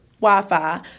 Wi-Fi